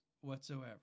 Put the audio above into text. whatsoever